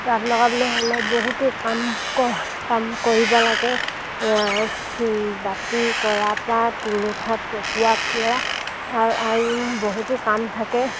তাঁত লগাবলৈ হ'লে বহুতো কাম ক কাম কৰিব লাগে বাতি কৰা পা তুলোঠাত পকুৱা পৰা আৰু বহুতো কাম থাকে